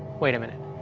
wait a minute,